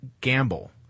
gamble